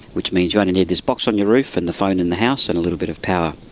which means you only need this box on your roof and the phone in the house and a little bit of power.